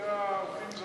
הראו לי איפה הם לנים.